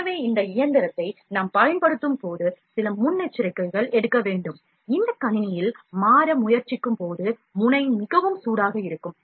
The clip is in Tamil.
எனவே இந்த இயந்திரத்தை நாம் பயன்படுத்தும் போது சில முன்னெச்சரிக்கைகள் எடுக்க வேண்டும் இந்த கணினியில் மாற முயற்சிக்கும்போது முனை மிகவும் சூடாக இருக்கும்